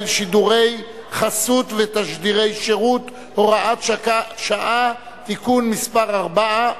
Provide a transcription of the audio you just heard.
(שידורי חסות ותשדירי שירות) (הוראת שעה) (תיקון מס' 4),